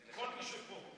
כל מי שפה.